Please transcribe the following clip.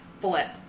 Flip